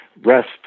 Rest